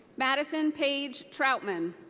madison paige trautman.